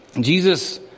Jesus